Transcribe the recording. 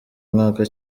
mwaka